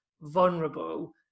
vulnerable